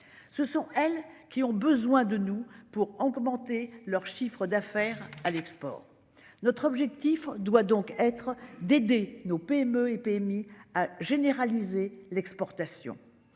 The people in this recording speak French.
Ce sont elles qui ont besoin de nous pour augmenter leur chiffre d'affaires à l'export. Notre objectif doit donc être d'aider nos PME et PMI à généraliser l'exportation